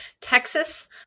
Texas